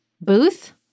booth